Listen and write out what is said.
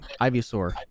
Ivysaur